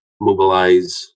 mobilize